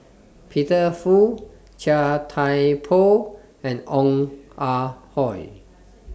Peter Fu Chia Thye Poh and Ong Ah Hoi